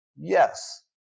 Yes